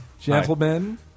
Gentlemen